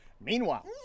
Meanwhile